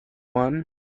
one